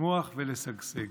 לצמוח ולשגשג.